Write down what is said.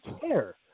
care